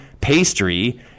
pastry